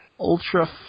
Ultra